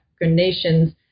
nations